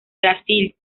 brasil